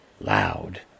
Loud